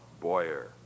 Boyer